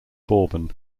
bourbon